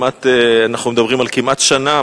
אנחנו מדברים על זה כמעט שנה.